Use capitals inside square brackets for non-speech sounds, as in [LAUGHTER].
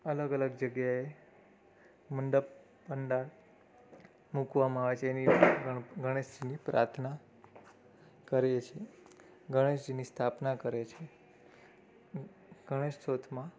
અલગ અલગ જગ્યાએ મંડપ પંડાલ મૂકવામાં આવે છે એની [UNINTELLIGIBLE] ગણેશની પ્રાર્થના કરે છે ગણેશજીની સ્થાપના કરીએ છીએ ગણેશ ચોથમાં